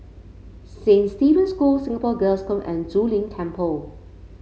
Saint Stephen's School Singapore Girls' Home and Zu Lin Temple